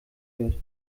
wird